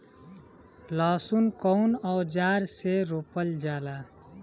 लहसुन कउन औजार से रोपल जाला?